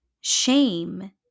Shame